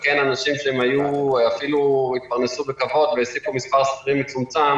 ואנשים שאפילו התפרנסו בכבוד והעסיקו מספר שכירים מצומצם